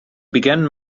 began